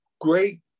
great